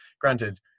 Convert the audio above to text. Granted